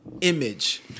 image